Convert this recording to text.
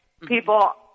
people